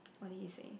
what did he say